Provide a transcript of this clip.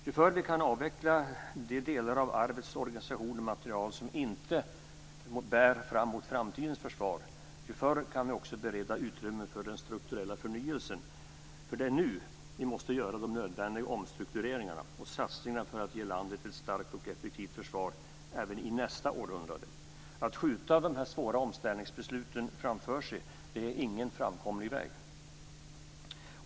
Ju förr vi kan avveckla de delar av arvets organisation och materiel som inte bär mot framtidens försvar, desto tidigare kan vi också bereda utrymme för den strukturella förnyelsen, för det är nu vi måste göra nödvändiga omstruktureringar och satsningar för att ge landet ett starkt och effektivt försvar även i nästa århundrade. Att skjuta de svåra omställningsbesluten framför sig är ingen framkomlig väg.